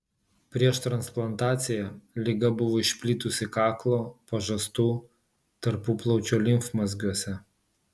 prieš transplantaciją liga buvo išplitusi kaklo pažastų tarpuplaučio limfmazgiuose